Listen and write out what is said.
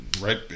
right